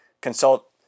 consult